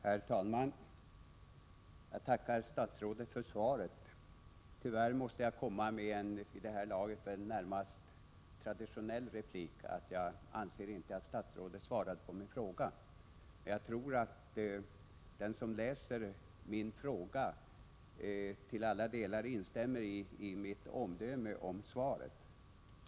Herr talman! Jag tackar statsrådet för svaret. Tyvärr måste jag komma med en vid det här laget närmast traditionell replik att jag inte anser att statsrådet svarat på min fråga. Jag tror att den som läser min fråga till alla delar instämmer i mitt omdöme om svaret.